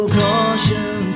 caution